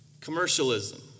Commercialism